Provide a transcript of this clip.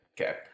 Okay